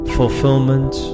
fulfillment